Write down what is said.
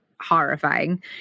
horrifying